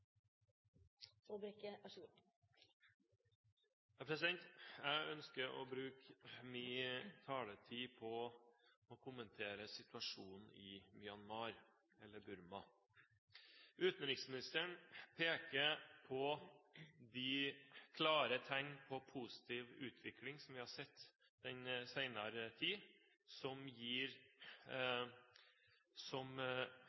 Jeg ønsker å bruke min taletid på å kommentere situasjonen i Myanmar – eller Burma. Utenriksministeren peker på de klare tegn på positiv utvikling som vi har sett den senere tid, som